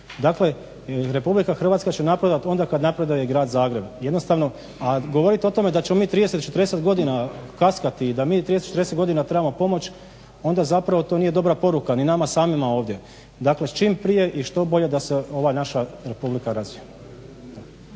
Dakle, RH će napredovati onda kada napreduje i grad Zagreb jednostavno. A govoriti o tome da ćemo 30, 40 godina kaskati i da mi 30, 40 godina trebamo pomoć onda to nije dobra poruka i nama samima ovdje. Dakle čim prije i što bolje da se ova naša Republika razvije.